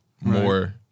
more